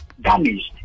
Damaged